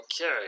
Okay